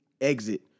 exit